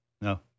No